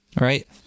right